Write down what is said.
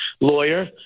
Lawyer